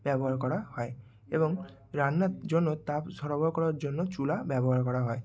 ব্যবহার করা হয় এবং রান্নার জন্য তাপ সরবরাহ করার জন্য চুলা ব্যবহার করা হয়